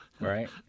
Right